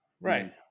Right